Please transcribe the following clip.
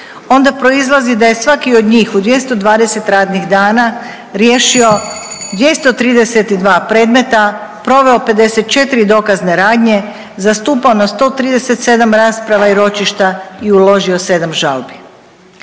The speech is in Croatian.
onda proizlazi da je svaki od njih u 220 radnih dana riješio 232 predmeta, proveo 54 dokazne radnje, zastupao na 137 rasprava i ročišta i uložio 7 žalbi.